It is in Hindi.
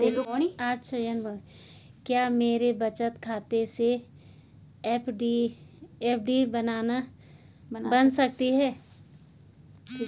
क्या आप मेरे बचत खाते से एफ.डी बना सकते हो?